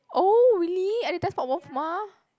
oh really Editor's